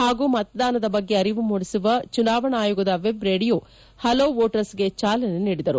ಹಾಗೂ ಮತದಾನದ ಬಗ್ಗೆ ಅರಿವು ಮೂಡಿಸುವ ಚುನಾವಣಾ ಆಯೋಗದ ವೆಬ್ ರೇಡಿಯೋ ಹಲೋ ವೋಟರ್ಸ್ಗೆ ಚಾಲನೆ ನೀಡಿದರು